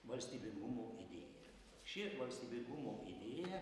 valstybingumo idėja ši valstybingumo idėja